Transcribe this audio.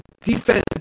defense